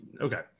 Okay